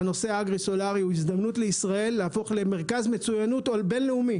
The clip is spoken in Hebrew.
הנושא האגרי-סולארי הוא הזדמנות לישראל להפוך למרכז מצוינות בין-לאומי.